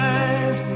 eyes